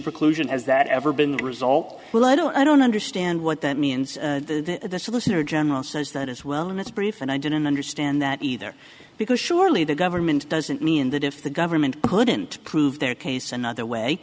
preclusion has that ever been the result well i don't i don't understand what that means to the solicitor general says that as well and it's brief and i didn't understand that either because surely the government doesn't mean that if the government couldn't prove their case another way